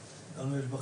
לאייש?